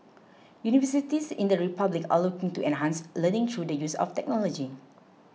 universities in the republic are looking to enhance learning through the use of technology